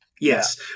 Yes